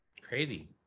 Crazy